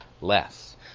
less